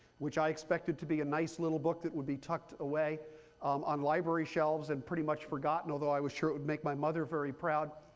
which i expected to be a nice little book that would be tucked away on library shelves and pretty much forgotten, although i was sure it would make my mother very proud.